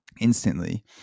instantly